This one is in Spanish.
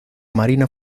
marina